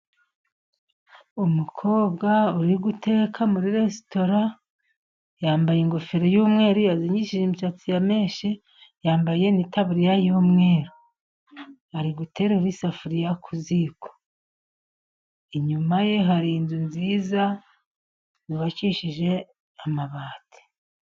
Umukobwa uri guteka muri resitora yambaye ingofero y'umweru, yazingishije imisatsi ya menshi, yambaye n'itaburiya y'umweru ,ari guterura isafuriya ku ziko inyuma ye har'inzu nziza yubakishije amabati.